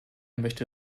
möchte